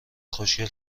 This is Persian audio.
خوشگل